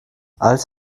als